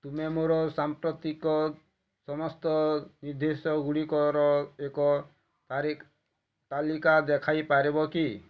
ତୁମେ ମୋର ସାମ୍ପ୍ରତିକ ସମସ୍ତ ନିର୍ଦ୍ଦେଶ ଗୁଡ଼ିକର ଏକ ତାରିଖ ତାଲିକା ଦେଖାଇ ପାରିବ କି